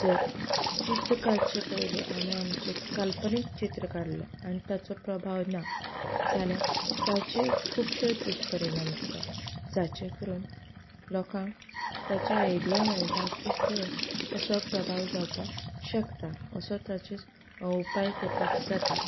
जर चित्र काडचे पयलीं आमी आमचें काल्पनीक चित्र काडलें आनी ताचो प्रभाव ना जाल्यार ताचें खुबशे दुश्यपरिणाम जातात जाचे करून लोकांक ताचे आयडिया मेळटा की हे असो प्रभाव जावपा शकता असो ताचेर हो उपाय करपाक जाता